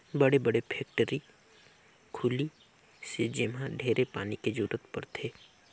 बड़े बड़े फेकटरी खुली से जेम्हा ढेरे पानी के जरूरत परथे